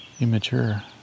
immature